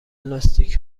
لاستیک